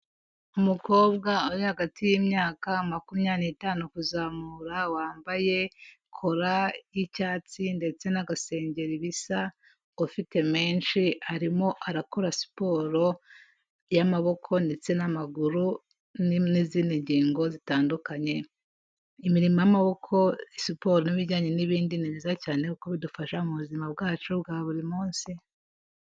Umukobwa uri hagati y'imyaka makumyabiri n'itanu kuzamura, wambaye kola y'icyatsi, ndetse na agasengeri ibisa, ufite menshi arimo arakora siporo y'amaboko ndetse n'amaguru, n'izindi ngingo zitandukanye, imirimo y'amaboko, siporo n'ibijyanye n'ibindi ni byiza cyane kuko bidufasha mu buzima bwacu bwa buri munsi.